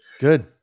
good